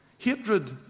Hatred